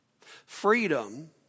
Freedom